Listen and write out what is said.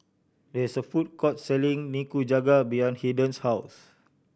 there is a food court selling Nikujaga behind Haden's house